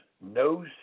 no